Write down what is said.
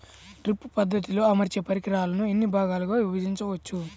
Drip పద్ధతిలో అమర్చే పరికరాలను ఎన్ని భాగాలుగా విభజించవచ్చు?